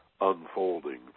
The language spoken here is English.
unfolding